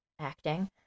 acting